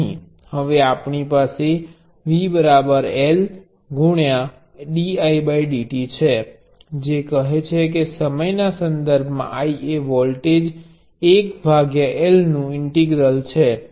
હવે આપણી પાસે V L dIdt છે જે કહે છે કે સમયના સંદર્ભમાં I એ વોલ્ટેજ 1L નુ ઇન્ટિગ્રલ છે